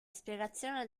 spiegazione